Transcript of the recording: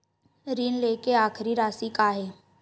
ऋण लेके आखिरी राशि का हे?